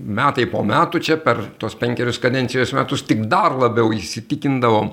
metai po metų čia per tuos penkerius kadencijos metus tik dar labiau įsitikindavom